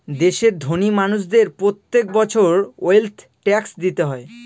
দেশের ধোনি মানুষদের প্রত্যেক বছর ওয়েলথ ট্যাক্স দিতে হয়